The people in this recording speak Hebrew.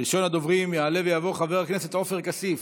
ראשון הדוברים יעלה ויבוא, חבר הכנסת עופר כסיף.